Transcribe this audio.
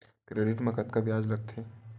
Credit मा कतका ब्याज लगथे?